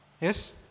yes